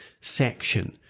section